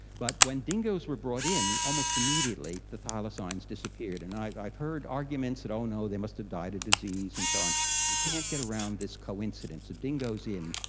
but when dingoes were brought in, almost immediately the thylacines disappeared. and i've heard arguments that, oh no, they must've died of disease and so on. we can't get around this coincidence of dingoes in,